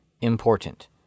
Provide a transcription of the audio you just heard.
important